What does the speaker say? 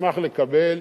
אשמח לקבל.